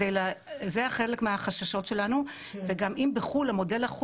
וזה חלק מהחששות שלנו וגם אם בחו"ל המודל הוא